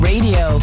Radio